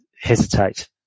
hesitate